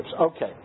Okay